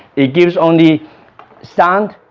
it gives only sound,